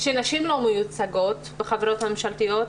שנשים לא מיוצגות בחברות ממשלתיות,